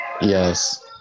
Yes